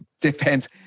depends